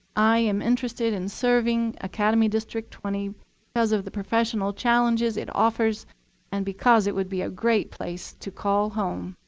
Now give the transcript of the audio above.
i am interested in serving academy district twenty because of the professional challenges it offers and because it would be a great place to call home.